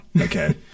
Okay